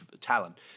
talent